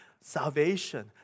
Salvation